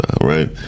right